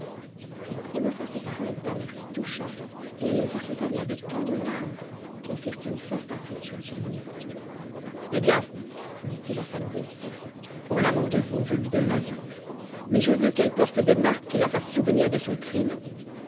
elle prononça ces paroles d'un air si touchant et elle les accompagna de tant de larmes qu'elles firent une forte impression sur mon époux hé bien dit-il à sa nourrice pour l'amour de vous je lui donne la vie mais je veux qu'elle porte des marques qui la fassent souvenir de son crime